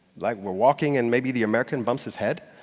like, we're walking and maybe the american bumps his head,